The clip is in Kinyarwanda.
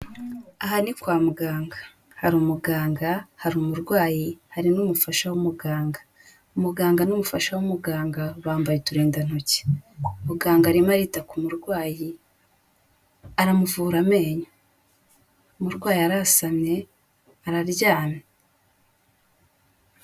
Aha ni kwa muganga hari umuganga, hari umurwayi, hari n'umufasha w'umuganga. Umuganga n'umufasha w'umuganga bambaye uturindantoki, muganga arimo arita ku murwayi aramuvura amenyo, umurwayi arasamye araryamye.